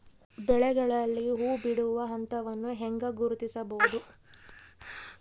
ಬೆಳೆಗಳಲ್ಲಿ ಹೂಬಿಡುವ ಹಂತವನ್ನು ಹೆಂಗ ಗುರ್ತಿಸಬೊದು?